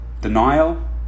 Denial